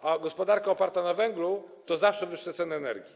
a gospodarka oparta na węglu to zawsze wyższe ceny energii.